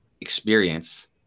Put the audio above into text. experience